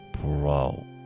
bro